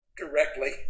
Directly